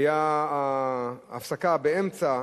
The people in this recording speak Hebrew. היתה ההפסקה באמצע,